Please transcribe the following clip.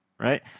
right